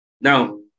Now